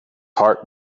heart